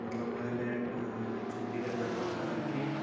مَطلَب ہاے لیٚنٛڈ چھِ نہٕ تیٖتیاہ پریٚفر کَران کینٛہہ